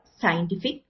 scientific